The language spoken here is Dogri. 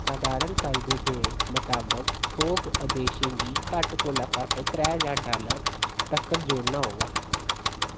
सधारण कायदे दे मताबक थोक अदेशें गी घट्ट कोला घट्ट त्रै ज्हार डालर तक्कर जोड़ना होगा